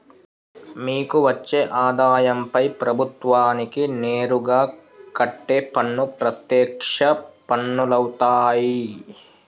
మీకు వచ్చే ఆదాయంపై ప్రభుత్వానికి నేరుగా కట్టే పన్ను ప్రత్యక్ష పన్నులవుతాయ్